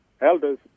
elders